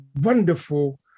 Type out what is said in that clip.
wonderful